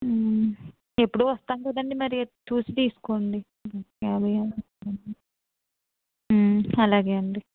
ఎప్పుడు వస్తాం కదండి మరి చూసి తీసుకోండి యాభై అలాగే అండి